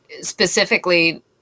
specifically